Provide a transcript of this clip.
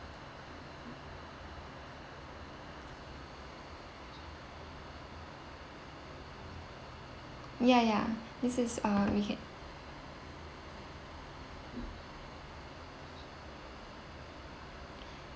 ya ya this is uh we can